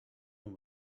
and